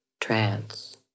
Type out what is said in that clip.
trance